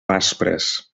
aspres